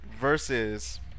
versus